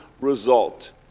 result